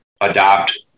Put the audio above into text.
adopt